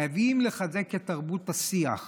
חייבים לחזק את תרבות השיח.